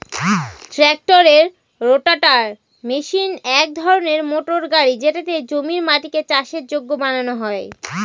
ট্রাক্টরের rotator machine এক ধরনের মোটর গাড়ি যেটাতে জমির মাটিকে চাষের যোগ্য বানানো হয়